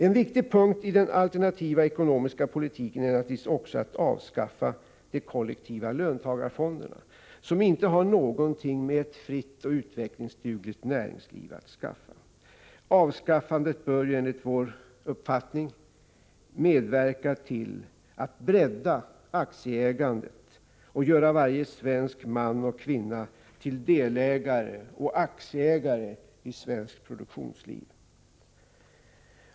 En viktig punkt i den alternativa ekonomiska politiken är naturligtvis också att avskaffa de kollektiva löntagarfonderna, som inte har någonting med ett fritt och utvecklingsdugligt näringsliv att skaffa. Avskaffandet bör enligt vår uppfattning medverka till att bredda aktieägandet och göra varje svensk man och kvinna till delägare och aktieägare i svenskt produktionsliv.